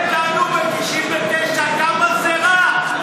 הם טענו ב-1999 כמה זה רע.